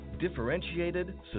Differentiated